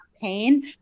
pain